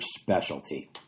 specialty